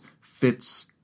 fits